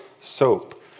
soap